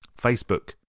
Facebook